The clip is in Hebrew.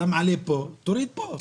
אם אתה מעלה פה, תוריד פה.